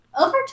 over